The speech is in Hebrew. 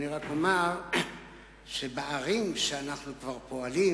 רק אומר שבערים שאנחנו כבר פועלים